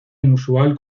inusual